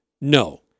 No